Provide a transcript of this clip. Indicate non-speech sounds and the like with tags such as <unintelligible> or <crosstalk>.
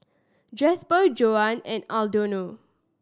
Jasper Joan and <unintelligible>